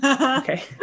Okay